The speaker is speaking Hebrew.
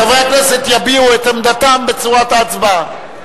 חברי הכנסת יביעו את עמדתם בצורת הצבעה.